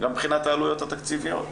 גם מבחינת העלויות התקציביות.